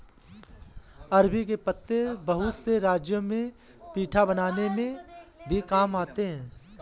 अरबी के पत्ते बहुत से राज्यों में पीठा बनाने में भी काम आते हैं